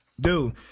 dude